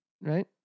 right